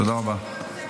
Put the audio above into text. תודה רבה.